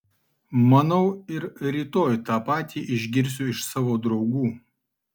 manau ir rytoj tą patį išgirsiu iš savo draugų